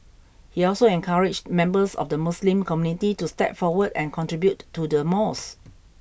he also encouraged members of the Muslim community to step forward and contribute to the mosque